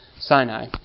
Sinai